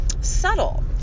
subtle